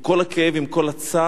עם כל הכאב, עם כל הצער,